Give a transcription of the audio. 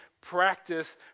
practice